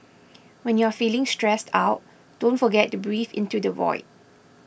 when you are feeling stressed out don't forget to breathe into the void